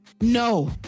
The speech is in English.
no